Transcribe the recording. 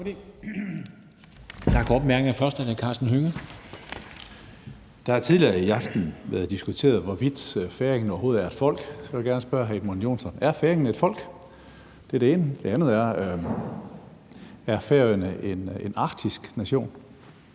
fra hr. Karsten Hønge. Kl. 21:03 Karsten Hønge (SF): Det har tidligere i aften været diskuteret, hvorvidt færingerne overhovedet er et folk. Så jeg vil gerne spørge hr. Edmund Joensen: Er færingerne et folk? Det er det ene. Det andet er: Er Færøerne en arktisk nation?